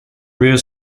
rear